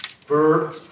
verb